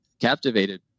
captivated